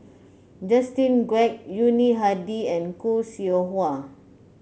Justin Quek Yuni Hadi and Khoo Seow Hwa